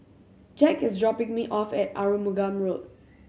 Jack is dropping me off at Arumugam Road